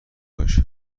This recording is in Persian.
باش